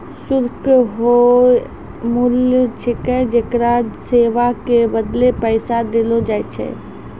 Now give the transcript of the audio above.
शुल्क हौअ मूल्य छिकै जेकरा सेवा के बदले पैसा देलो जाय छै